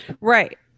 right